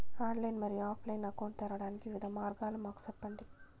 Online మరియు offline account తెరవడానికి వివిధ మార్గాలు మాకు సెప్పండి?